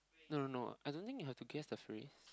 no no no I don't think have to guess the phrase